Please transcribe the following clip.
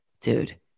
dude